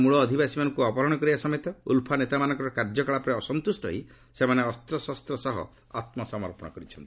ମୂଳ ଅଧିବାସୀମାନଙ୍କୁ ଅପହରଣ କରିବା ସମେତ ଉଲ୍ଫା ନେତାମାନଙ୍କର କାର୍ଯ୍ୟକଳାପରେ ଅସନ୍ତୁଷ୍ଟ ହୋଇ ସେମାନେ ଅସ୍ତ୍ରଶସ୍ତ ସହ ଆତ୍କସମର୍ପଣ କରିଛନ୍ତି